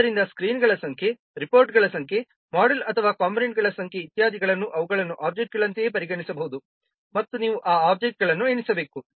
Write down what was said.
ಆದ್ದರಿಂದ ಸ್ಕ್ರೀನ್ಗಳ ಸಂಖ್ಯೆ ರಿಪೋರ್ಟ್ಗಳ ಸಂಖ್ಯೆ ಮಾಡ್ಯೂಲ್ಗಳು ಅಥವಾ ಕಂಪೋನೆಂಟ್ಗಳ ಸಂಖ್ಯೆ ಇತ್ಯಾದಿಗಳನ್ನು ಅವುಗಳನ್ನು ಒಬ್ಜೆಕ್ಟ್ಗಳಂತೆ ಪರಿಗಣಿಸಬಹುದು ಮತ್ತು ನೀವು ಆ ಒಬ್ಜೆಕ್ಟ್ಗಳನ್ನು ಎಣಿಸಬೇಕು